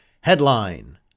Headline